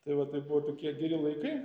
tai va tai buvo tokie geri laikai